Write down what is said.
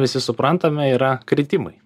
visi suprantame yra kritimai